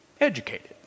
educated